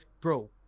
Bro